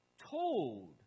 told